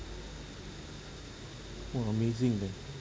!wah! amazing man